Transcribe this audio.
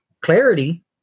clarity